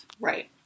Right